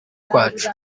kwacu